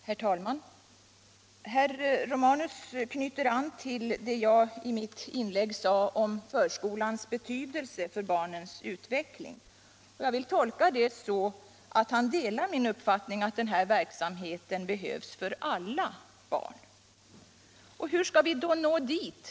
Herr talman! Herr Romanus knöt an till vad jag i mitt förra inlägg sade om förskolans betydelse för barnens utveckling, och jag vill tolka honom så, att han delar min uppfattning att den här verksamheten behövs för alla barn. Hur skall vi då nå dithän?